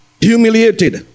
humiliated